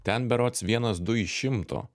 ten berods vienas du iš šimto